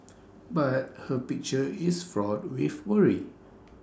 but her picture is fraught with worry